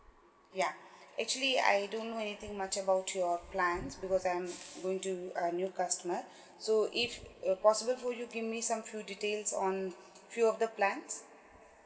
yeah actually I don't know anything much about your plans because I'm going to a new customer so if uh possible for you give me some few details on few of the plans